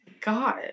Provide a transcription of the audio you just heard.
God